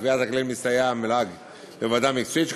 בקביעת הכללים הסתייעה המל"ג בוועדה מקצועית,